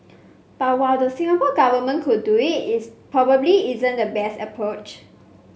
but while the Singapore Government could do it is probably isn't the best approach